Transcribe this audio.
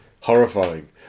horrifying